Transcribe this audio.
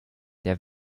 der